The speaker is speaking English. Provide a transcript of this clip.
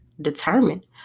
determined